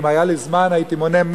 אם היה לי זמן הייתי מונה,